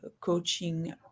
coaching